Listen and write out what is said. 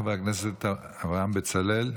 חבר הכנסת אברהם בצלאל,